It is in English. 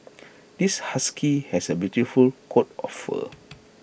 this husky has A beautiful coat of fur